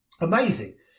amazing